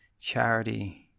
Charity